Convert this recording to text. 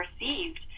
received